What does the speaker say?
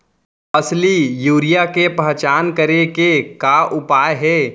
असली यूरिया के पहचान करे के का उपाय हे?